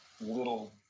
little